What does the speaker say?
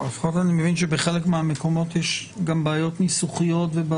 אני מבין שבחלק מהמקומות יש גם בעיות ניסוחיות.